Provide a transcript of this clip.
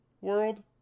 World